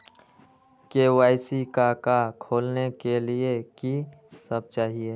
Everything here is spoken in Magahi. के.वाई.सी का का खोलने के लिए कि सब चाहिए?